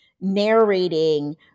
narrating